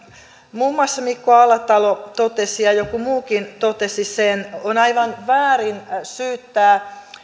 muun muassa mikko alatalo ja joku muukin totesi on aivan väärin syyttää